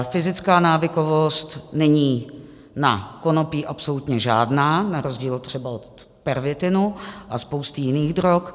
Fyzická návykovost není na konopí absolutně žádná, na rozdíl třeba od pervitinu a spousty jiných drog.